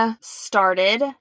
started